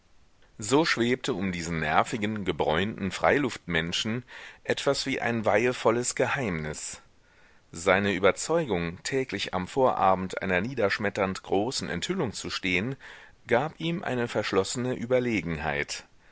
so schwebte um diesen nervigen gebräunten freiluftmenschen etwas wie ein weihevolles geheimnis seine überzeugung täglich am vorabend einer niederschmetternd großen enthüllung zu stehen gab ihm eine verschlossene überlegenheit